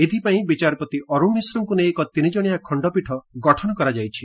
ଏଥିପାଇଁ ବିଚାରପତି ଅରୁଣ ମିଶ୍ରଙ୍କୁ ନେଇ ଏକ ତିନିଜଣିଆ ଖଣ୍ଡପୀଠ ଗଠନ କରାଯାଇଛି